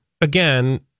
Again